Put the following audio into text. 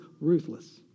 ruthless